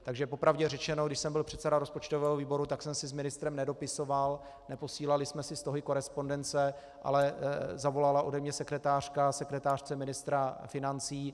Takže po pravdě řečeno, když jsem byl předseda rozpočtového výboru, tak jsem si s ministrem nedopisoval, neposílali jsme si stohy korespondence, ale zavolala ode mě sekretářka sekretářce ministra financí.